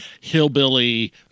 hillbilly